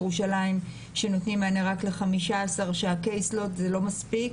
ירושלים שנותנים מענה רק ל-15 מטופלים וזה לא מספיק.